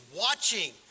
watching